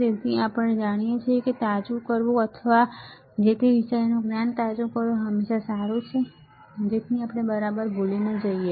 તેથી આપણે જે જાણીએ છીએ તે તાજું કરવું અથવા આપણે જે જાણીએ છીએ તે વિષયનું જ્ઞાન તાજું કરવું હંમેશા સારું છે જેથી આપણે બરાબર ભૂલી ન જઈએ